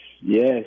Yes